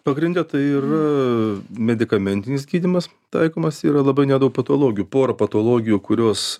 pagrinde tai ir medikamentinis gydymas taikomas yra labai nedaug patologijų pora patologijų kurios